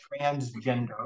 transgender